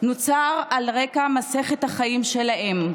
שנוצר על רקע מסכת החיים של האם,